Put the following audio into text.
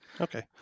Okay